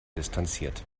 distanziert